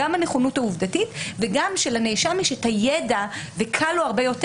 גם הנכונות העובדתית וגם שלנאשם יש את הידע והרבה יותר